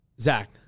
Zach